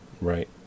Right